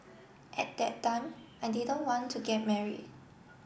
at that time I didn't want to get marry